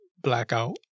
blackout